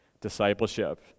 discipleship